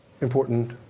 important